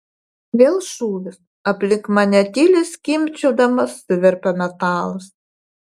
vėl šūvis aplink mane tyliai skimbčiodamas suvirpa metalas